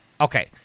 Okay